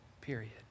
Period